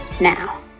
now